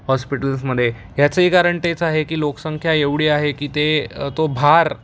हॉस्पिटल्समध्ये याचंही कारण तेच आहे की लोकसंख्या एवढी आहे की ते तो भार